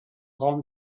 raum